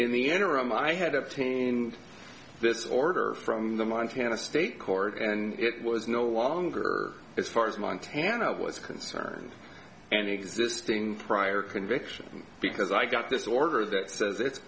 in the interim i had up to this order from the montana state court and it was no longer as far as montana was concerned and existing prior convictions because i got this order that says it's